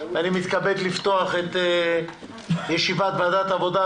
אני מתכבד לפתוח את ישיבת ועדת העבודה,